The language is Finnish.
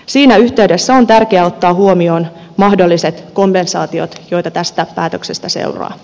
siinä yhteydessä on tärkeää ottaa huomioon mahdolliset kompensaatiot joita tästä päätöksestä seuraa